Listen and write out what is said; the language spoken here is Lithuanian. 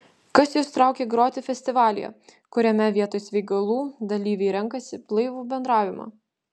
kas jus traukia groti festivalyje kuriame vietoj svaigalų dalyviai renkasi blaivų bendravimą